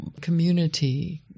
community